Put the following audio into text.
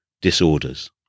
Disorders